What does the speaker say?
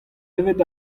evet